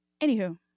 Anywho